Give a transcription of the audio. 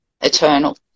eternal